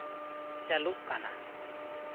ᱪᱟᱹᱞᱩᱜ ᱠᱟᱱᱟ